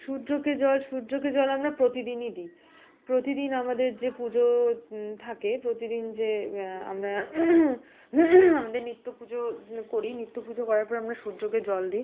সূর্যকে জল সূর্যকে জল আমরা প্রতিদিনই দিই প্রতিদিন আমাদের যে পুজো থাকে প্রতিদিন যে আমরা আমাদের নিত্য পুজো করি নিত্য পুজো করার পর আমরা সূর্যকে জল দিই